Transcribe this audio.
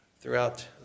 Throughout